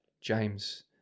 James